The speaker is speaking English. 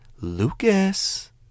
Lucas